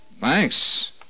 Thanks